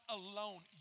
alone